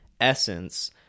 essence